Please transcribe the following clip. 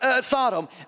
Sodom